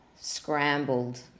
scrambled